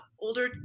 older